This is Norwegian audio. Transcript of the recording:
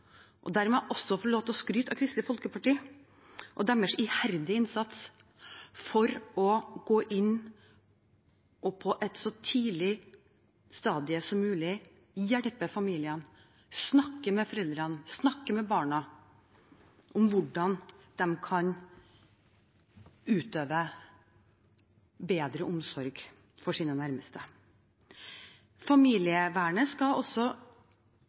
også få lov til å skryte av Kristelig Folkeparti og deres iherdige innsats for det å gå inn og på et så tidlig stadium som mulig hjelpe familiene, snakke med foreldrene, snakke med barna, om hvordan de kan utøve bedre omsorg for sine nærmeste. Familievernet skal